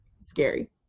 scary